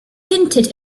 hinted